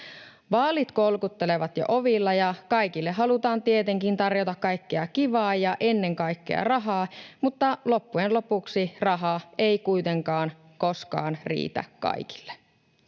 Vaalit kolkuttelevat jo ovilla, ja kaikille halutaan tietenkin tarjota kaikkea kivaa ja ennen kaikkea rahaa, mutta loppujen lopuksi rahaa ei kuitenkaan koskaan riitä kaikille.